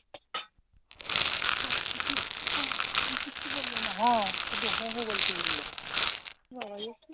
কিচ্ছু বললো না হঁ শুধু হু হু বলতে বললো হ্যাঁ এ কী